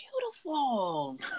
beautiful